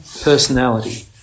personality